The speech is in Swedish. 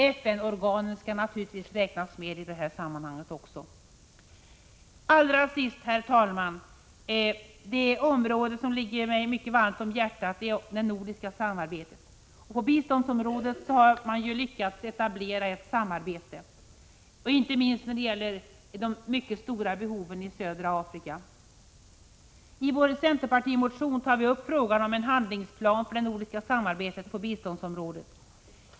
Även FN-organen skall naturligtvis räknas med i det här sammanhanget. Allra sist vill jag ta upp ett område som ligger mig mycket varmt om hjärtat, det nordiska samarbetet. På biståndsområdet har man lyckats etablera ett samarbete, inte minst när det gäller det mycket stora behovet i södra Afrika. I centerpartimotionen tar vi upp frågan om en handlingsplan för det nordiska samarbetet på biståndsområdet.